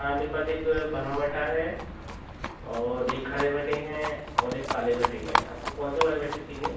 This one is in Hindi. हाँ मेरे पास एक भरवाँ भाटा है और एक हरे भटे हैं और एक काले भटे हैं आपको कौन से वाले भटे चाहिए